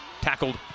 tackled